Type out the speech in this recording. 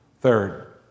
Third